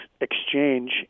exchange